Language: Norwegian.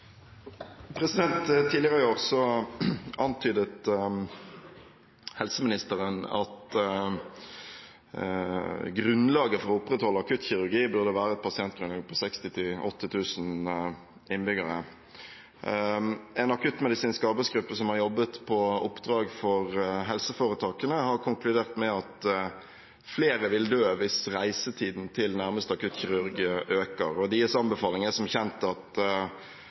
å opprettholde akuttkirurgi burde være et pasientgrunnlag på 60 000–80 000 innbyggere. En akuttmedisinsk arbeidsgruppe som har jobbet på oppdrag fra helseforetakene, har konkludert med at «flere vil dø dersom reisetiden til nærmeste akuttkirurg øker». Deres anbefaling er som kjent